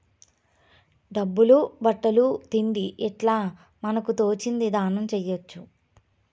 డబ్బులు బట్టలు తిండి ఇట్లా మనకు తోచింది దానం చేయొచ్చు